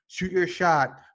ShootYourShot